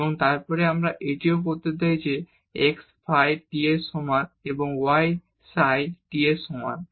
এবং তারপরে আমরা এটিও করতে দেই যে x ফাই t এর সমান এবং y সাই t এর সমান